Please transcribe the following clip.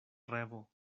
revo